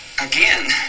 Again